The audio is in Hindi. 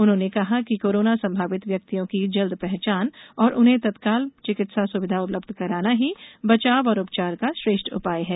उन्होंने कहा कि कोरोना संभावित व्यक्तियों की जल्द पहचान और उन्हें तत्काल चिकित्सा सुविधा उपलब्ध कराना ही बचाव और उपचार का श्रेष्ठ उपाय है